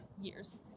years